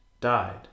died